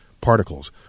particles